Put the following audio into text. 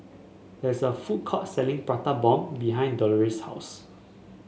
there is a food court selling Prata Bomb behind Delores' house